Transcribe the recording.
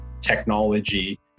technology